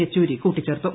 യെച്ചൂരി കൂട്ടിച്ചേർത്തു